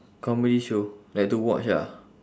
comedy show like to watch ah